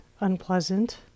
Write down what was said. unpleasant